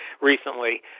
recently